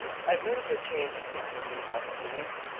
i have noticed a change in him these last few weeks.